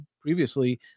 previously